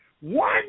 one